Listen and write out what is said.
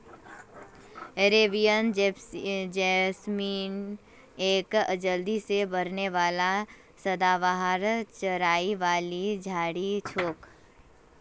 Arabian jasmine एक जल्दी से बढ़ने वाला सदाबहार चढ़ाई वाली झाड़ी छोक